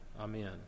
amen